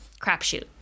crapshoot